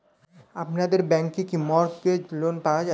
আপনাদের ব্যাংকে কি মর্টগেজ লোন পাওয়া যায়?